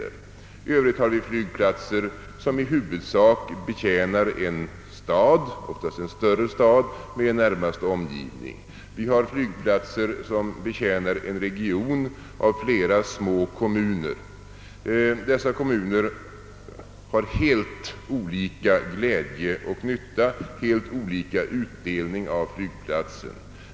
En annan grupp utgörs av flygplatser som i huvudsak betjänar en stad — oftast en större stad — och dess närmaste omgivning. Ytterligare en grupp utgörs av de flygplatser som betjänar en region av flera små kommuner, vilka har helt olika glädje och nytta, helt olika utdelning av flygplatserna.